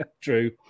True